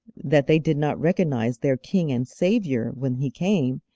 that they did not recognize their king and saviour when he came,